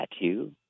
tattoo